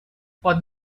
for